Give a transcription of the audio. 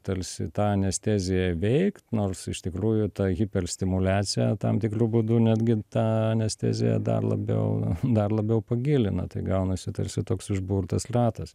talsi tą anesteziją įveikt nors iš tikrųjų ta hiperstimuliacija tam tikru būdu netgi tą anesteziją dar labiau dar labiau pagilina tai gaunasi tarsi toks užburtas ratas